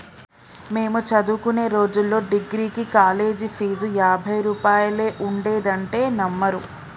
మేము చదువుకునే రోజుల్లో డిగ్రీకి కాలేజీ ఫీజు యాభై రూపాయలే ఉండేదంటే నమ్మరు